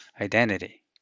identity